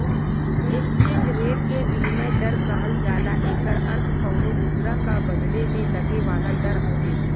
exchange rate के विनिमय दर कहल जाला एकर अर्थ कउनो मुद्रा क बदले में लगे वाला दर हउवे